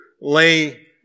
Lay